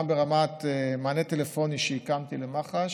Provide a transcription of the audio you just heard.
גם ברמת המענה הטלפוני שהקמתי למח"ש,